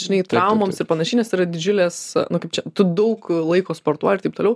žinai traumoms ir panašiai nes yra didžiulės nu kaip čia tu daug laiko sportuoji ir taip toliau